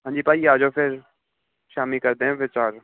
ਹਾਂਜੀ ਭਾਅ ਜੀ ਆਜੋ ਫਿਰ ਸ਼ਾਮੀ ਕਰਦੇ ਹਾਂ ਵਿਚਾਰ